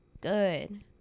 good